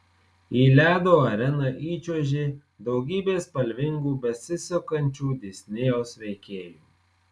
į ledo areną įčiuožė daugybė spalvingų besisukančių disnėjaus veikėjų